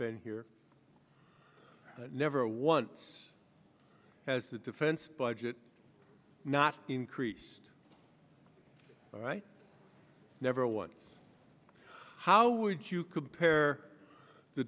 been here never once has the defense budget not increased right never once how would you compare the